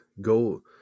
go